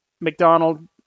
McDonald